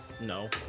No